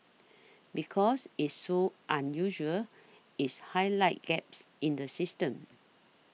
because it's so unusual its highlights gaps in the system